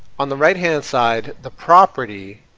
on the right hand side the property